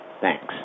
Thanks